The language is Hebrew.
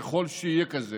ככל שיהיה כזה